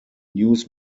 news